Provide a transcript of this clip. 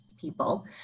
people